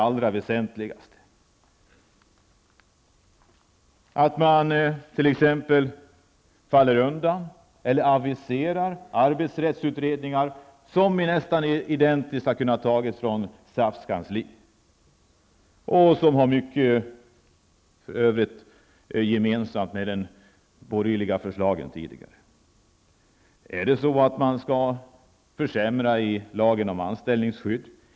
Man faller t.ex. undan eller aviserar arbetsrättsutredningar, som är nästan identiska med det som produceras på SAFs kansli och som för övrigt har mycket gemensamt med de tidigare borgerliga förslagen. Avser man att försämra lagen om anställningsskydd?